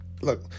look